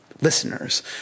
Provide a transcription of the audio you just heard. listeners